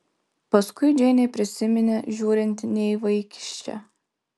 paskui džeinė prisiminė žiūrinti ne į vaikiščią